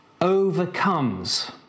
overcomes